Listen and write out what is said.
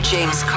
James